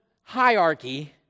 hierarchy